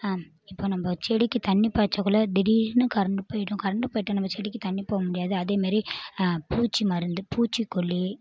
இப்போ நம்ம செடிக்கு தண்ணி பாய்ச்சக்குல திடீரென்னு கரென்ட்டு போய்விடும் கரென்ட்டு போய்விட்டா நம்ம செடிக்கு தண்ணி போக முடியாது அதே மாரி பூச்சி மருந்து பூச்சி கொல்லி